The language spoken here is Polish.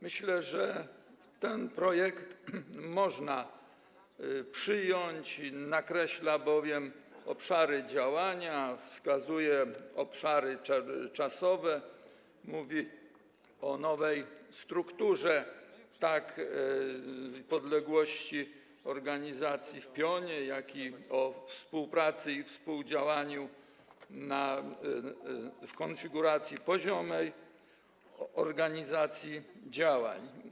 Myślę, że ten projekt można przyjąć, nakreśla on bowiem obszary działania, wskazuje ramy czasowe, mówi o nowej strukturze, tak o podległości, organizacji w pionie, jak i o współpracy i współdziałaniu w konfiguracji poziomej, chodzi o organizację działań.